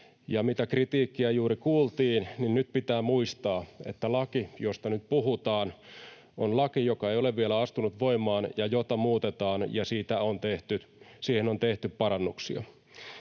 mitä kritiikkiä juuri kuultiin, niin nyt pitää muistaa, että laki, josta nyt puhutaan, on laki, joka ei ole vielä astunut voimaan ja jota muutetaan, ja siihen on tehty parannuksia.